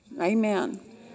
Amen